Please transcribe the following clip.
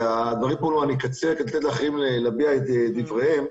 אני אקצר כדי לתת לאחרים להביע את דבריהם.